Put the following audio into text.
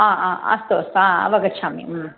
हा हा अस्तु स अवगच्छामि